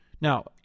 Now